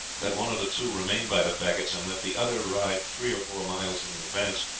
let one of the two remain by the faggots, and let the other ride three or four miles in advance,